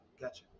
Gotcha